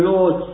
Lord